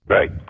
Right